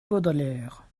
baudelaire